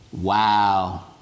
wow